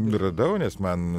radau nes man